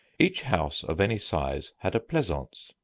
each house of any size had a pleasance,